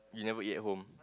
you never eat at home